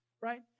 right